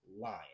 lion